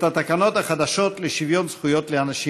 את התקנות החדשות לשוויון זכויות לאנשים